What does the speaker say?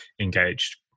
engaged